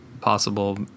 possible